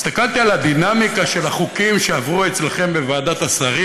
הסתכלתי על הדינמיקה של החוקים שעברו אצלכם בוועדת השרים,